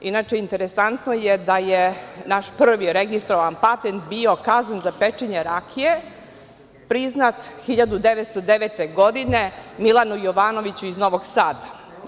Inače, interesantno je da je naš prvi registrovan patent bio „kazan za pečenje rakije“, priznat 1909. godine Milanu Jovanoviću iz Novog Sada.